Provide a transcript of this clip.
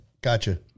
Gotcha